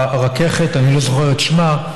וברככת אני לא זוכר את שמה.